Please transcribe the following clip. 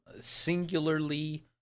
Singularly